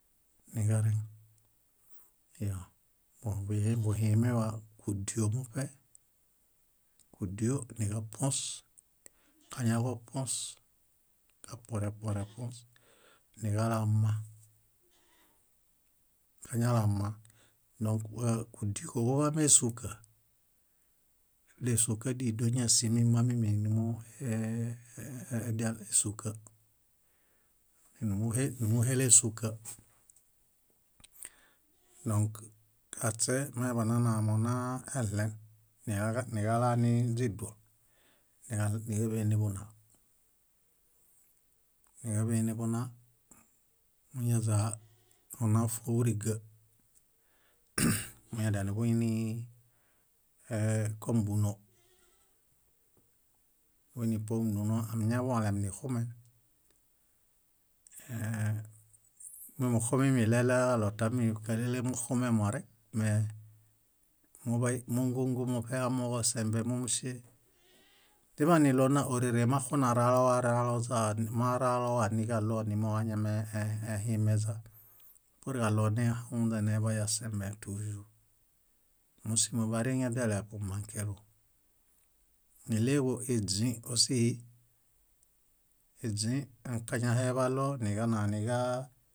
niġareŋ. Iyo buhimewa kúdio muṗe. Kúdio niġapuõs, kañaġopuõs, kapuõrepuõrepuõs niġalama. Kañalama dõk wa kúdikoġuḃamesuka, désukadidoñasimimamiminumu e- e- edial ésuka, númuhel númuhel ésuka. Dõk aśemañaḃananamonaɭen, niġalaniźiduo níġaḃenuḃunaa, níġaḃenuḃunaa muñaźa ónaofuon, ġúriga, moñadianuḃuini ee- kom búno. Moini kom nóno amiñaḃolenixumen. Múmuxumemimi ileleġaɭo tami kálele muxumemorek. Memuḃay múngungumuṗe amooġo sembe mómusie. Diḃaniɭo na órere maxunaralowaraźa maralowa niġaɭo nimowañamehimeźa purġaɭo nehaŋuźa neḃayasembe túĵur. Mósimo bariŋedele bumãkelus. Níɭeġu iźĩ ósihi. Iźĩ kañaheḃalo niġana niġaa-